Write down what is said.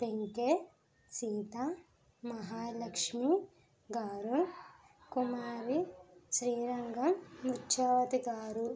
పెంకె సీతా మహాలక్ష్మి గారు కుమారి శ్రీ రంగం ముత్యావతి గారు